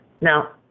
Now